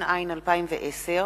התש"ע 2010,